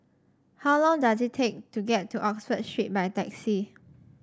how long does it take to get to Oxford Street by taxi